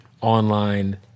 online